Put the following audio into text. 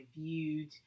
viewed